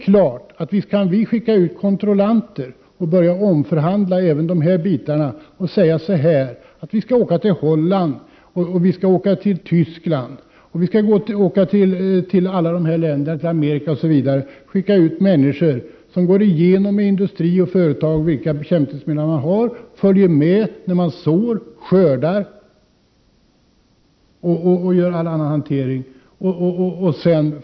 Visst kan vi skicka ut kontrollanter, exempelvis till Holland, Tyskland, Amerika och alla andra länder som vi importerar produkter från, och låta dem vara med när de olika företagen sår, skördar och hanterar produkterna.